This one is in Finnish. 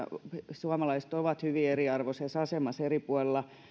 suomalaiset ovat hyvin eriarvoisessa asemassa eri puolilla